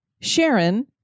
Sharon